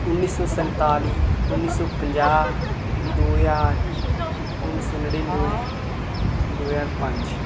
उन्नी सौ संताली उन्नी सौ पंजाह् दो ज्हार उन्नी सौ नड़नमें दो ज्हार पंज